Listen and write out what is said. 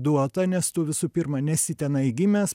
duota nes tu visų pirma nesi tenai gimęs